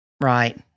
Right